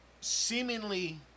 seemingly